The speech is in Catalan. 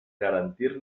garantir